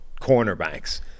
cornerbacks